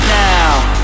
now